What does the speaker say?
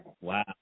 Wow